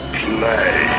play